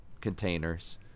containers